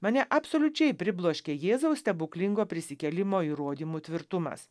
mane absoliučiai pribloškė jėzaus stebuklingo prisikėlimo įrodymų tvirtumas